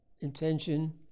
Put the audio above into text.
intention